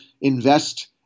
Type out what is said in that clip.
invest